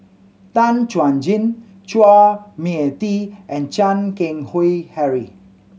Tan Chuan Jin Chua Mia Tee and Chan Keng Howe Harry